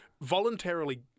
voluntarily